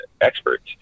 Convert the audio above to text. experts